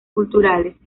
culturales